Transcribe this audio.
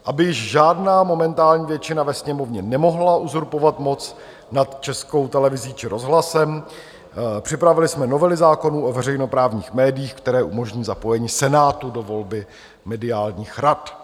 Aby žádná momentální většina ve Sněmovně nemohla uzurpovat moc nad Českou televizí či rozhlasem, připravili jsme novely zákonů o veřejnoprávních médiích, které umožní zapojení Senátu do volby mediálních rad.